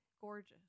gorgeous